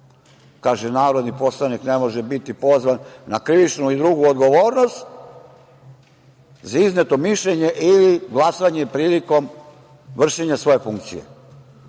Kaže, narodni poslanik ne može biti pozvan na krivičnu i drugu odgovornost za izneto mišljenje ili glasanje prilikom vršenja svoje funkcije.